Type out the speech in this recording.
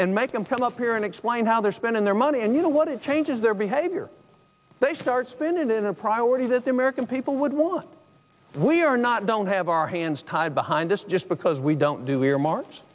and make them come up here and explain how they're spending their money and you know what it changes their behavior they start spinning it in a priority this american people would want we are not don't have our hands tied behind us just because we don't do earmar